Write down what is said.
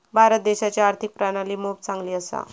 भारत देशाची आर्थिक प्रणाली मोप चांगली असा